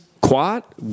Quat